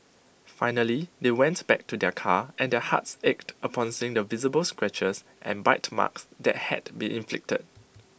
finally they went back to their car and their hearts ached upon seeing the visible scratches and bite marks that had been inflicted